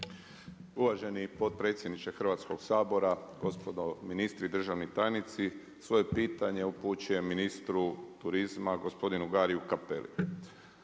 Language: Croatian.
Uvaženi potpredsjedniče Hrvatskog sabora, gospodo ministri i državni tajnici. Svoje pitanje upućujem ministru turizma gospodinu Gariju Cappelli.